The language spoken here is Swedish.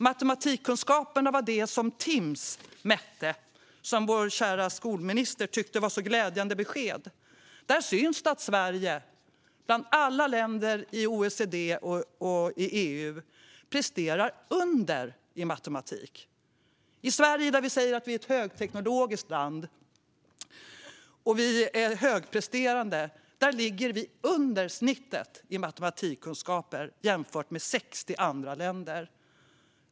Matematikkunskaperna var det som Timss mätte, där vår kära skolminister tyckte att det var så glädjande besked. Där syns det att Sverige bland alla länder i OECD och EU underpresterar i matematik. I Sverige, där vi säger att vi är ett högteknologiskt land och att vi är högpresterande, ligger vi under snittet i matematikkunskaper jämfört med 60 andra länder.